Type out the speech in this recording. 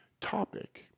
topic